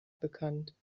bekannt